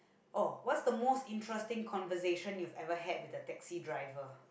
oh what's the most interesting conversation you've ever had with a taxi driver